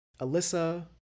Alyssa